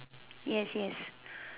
yes yes